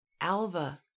Alva